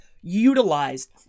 utilized